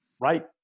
right